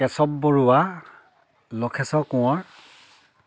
Keshab Baruah Lakheswar Konwar